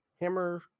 Hammer